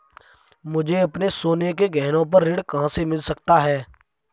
मुझे अपने सोने के गहनों पर ऋण कहाँ से मिल सकता है?